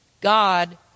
God